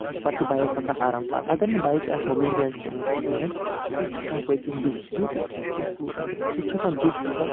پَتہٕ چھِ بایک پَکان آرام سان اَگر نہٕ بایکہِ آسہِ مُبلیل چینٛج کوٚرمُت کِہیٖنۍ سُہ چھُ چھَکان پٔتۍ کِنۍ دٕہ دٕہہِ سۭتۍ چھُ پَتہٕ اِیَر پوٚلوٗشَن گژھان سُہ چھُ چھَکان دٕہ تیٛوٗتاہ